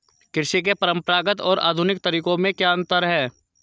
कृषि के परंपरागत और आधुनिक तरीकों में क्या अंतर है?